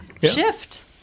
shift